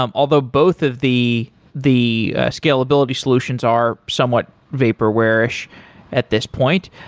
um although both of the the scalability solutions are somewhat vaporware-ish at this point.